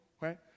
right